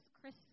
Chris